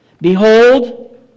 Behold